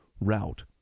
route